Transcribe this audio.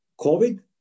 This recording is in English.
COVID